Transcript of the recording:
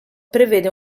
prevede